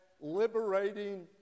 liberating